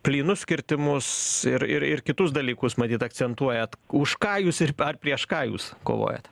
plynus kirtimus ir ir ir kitus dalykus matyt akcentuojat už ką jūs ir ar prieš ką jūs kovojat